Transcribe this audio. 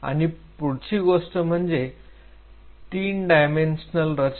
आणि पुढची गोष्ट म्हणजे 3 डायमेन्शनल रचना